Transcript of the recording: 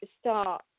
start